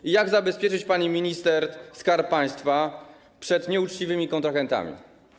I jak zabezpieczyć, pani minister, Skarb Państwa przed nieuczciwymi kontrahentami?